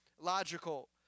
logical